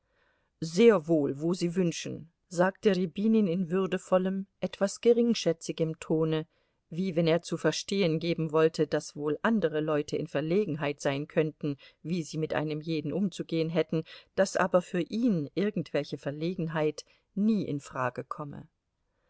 sehr wohl wo sie wünschen sagte rjabinin in würdevollem etwas geringschätzigem tone wie wenn er zu verstehen geben wollte daß wohl andere leute in verlegenheit sein könnten wie sie mit einem jeden umzugehen hätten daß aber für ihn irgendwelche verlegenheit nie in frage komme